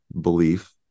belief